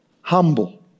Humble